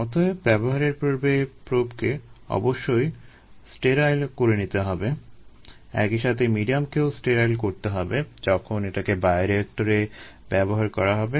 অতএব ব্যবহারের পূর্বে প্রোবকে অবশ্যই স্টেরাইল করে নিতে হবে একই সাথে মিডিয়ামকেও স্টেরাইল করতে হবে যখন এটাকে বায়োরিয়েক্টরে ব্যবহার করা হবে